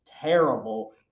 terrible